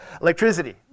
Electricity